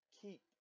keep